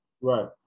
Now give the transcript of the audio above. right